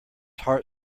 heart